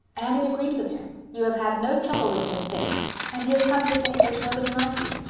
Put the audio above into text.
and it agreed with him. you have had no trouble with him since and he has come to think there's nobody like you.